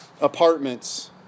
apartments